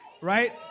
Right